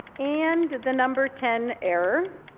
and the number ten error,